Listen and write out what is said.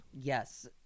yes